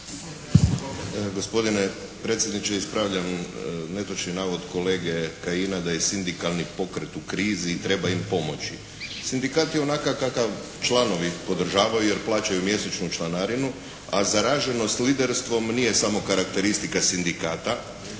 Gospodine predsjedniče, ispravljam netočni navod kolege Kajina da je sindikalni pokret u krizi i treba im pomoći. Sindikat je onakav kakav članovi podržavaju jer plaćaju mjesečnu članarinu, a zaraženost liderstvom nije samo karakteristika sindikata.